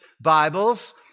Bibles